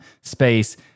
space